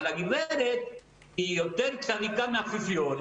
אבל הגברת יותר צדיקה מהאפיפיור,